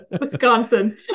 wisconsin